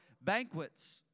banquets